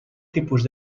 tipus